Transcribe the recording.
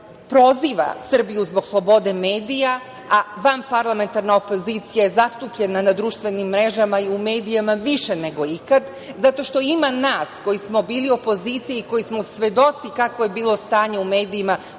proziva Srbiju zbog slobode medija, a vanparlamentarna opozicija je zastupljena na društvenim mrežama i u medijima više nego ikad, zato što ima nas koji smo bili opozicija i koji smo svedoci kakvo je bilo stanje u medijima u Srbiji